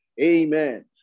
Amen